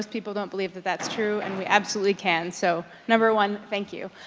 people don't believe that that's true, and we absolutely can, so. number one, thank you.